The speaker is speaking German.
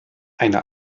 eine